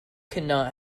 cannot